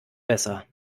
besser